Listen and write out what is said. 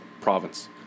province